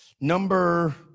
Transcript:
Number